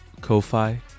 Ko-Fi